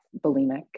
bulimic